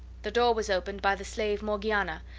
the door was opened by the slave morgiana,